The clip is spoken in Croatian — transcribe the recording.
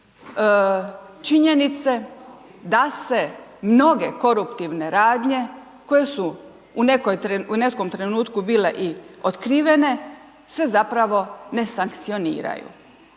činjenice da se mnoge koruptivne radnje koje su u nekom trenutku bile i otkrivene se zapravo ne sankcioniraju,